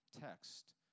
text